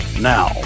Now